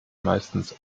meistens